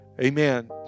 Amen